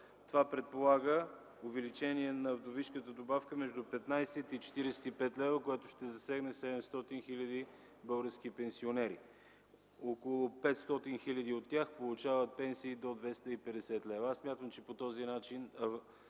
Това предполага увеличение на вдовишката добавка между 15 и 45 лв., което ще засегне 700 хил. български пенсионери. Около 500 хил. от тях получават пенсии до 250 лв. Смятам, че по този начин,